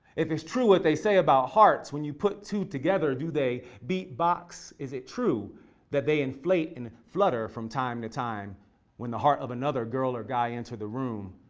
if it's true what they say about hearts, when you put two together, do they beatbox? is it true that they inflate and flutter from time to time when the heart of another girl or guy enter the room.